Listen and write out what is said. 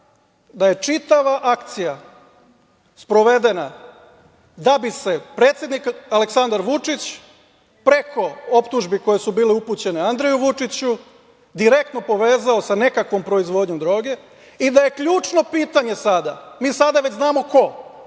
da je čitava akcija sprovedena da bi se predsednik Aleksandar Vučić, preko optužbi koje su bile upućene Andreju Vučiću, direktno povezao sa nekakvom proizvodnjom droge i da je ključno pitanje sada, a mi sada već znamo ko,